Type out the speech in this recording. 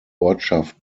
ortschaft